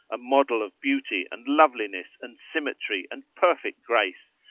a model of beauty and loveliness and symmetry and perfect grace,